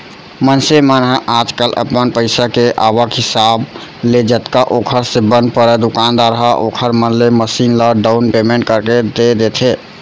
मनसे मन ह आजकल अपन पइसा के आवक हिसाब ले जतका ओखर से बन परय दुकानदार ह ओखर मन ले मसीन ल डाउन पैमेंट करके दे देथे